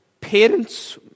parents